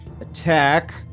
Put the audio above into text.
attack